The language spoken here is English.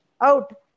out